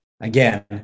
again